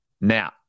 Now